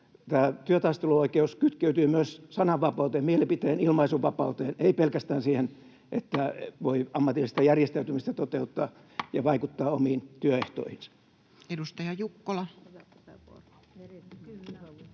tämä työtaisteluoikeus kytkeytyy myös sananvapauteen, mielipiteen- ja ilmaisunvapauteen, ei pelkästään siihen, että voi ammatillista järjestäytymistä toteuttaa ja vaikuttaa omiin työehtoihinsa. [Speech 231]